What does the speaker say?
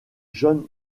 john